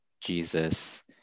Jesus